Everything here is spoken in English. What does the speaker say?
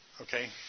Okay